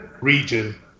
Region